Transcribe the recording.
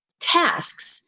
tasks